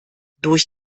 durch